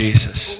Jesus